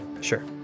Sure